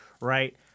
right